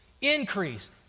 increase